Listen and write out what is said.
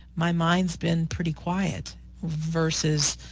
my mind has been pretty quiet versus